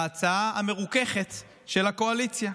להצעה המרוככת של הקואליציה.